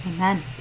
Amen